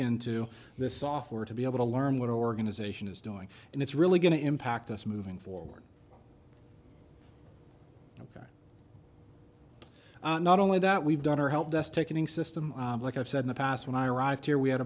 into this software to be able to learn what organization is doing and it's really going to impact us moving forward not only that we've done our helpdesk taking system like i've said in the past when i arrived here we had